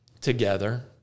together